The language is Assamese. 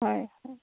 হয়